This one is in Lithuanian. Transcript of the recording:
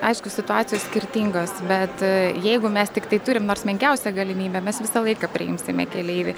aišku situacijos skirtingos bet jeigu mes tiktai turim nors menkiausią galimybę mes visą laiką priimsime keleivį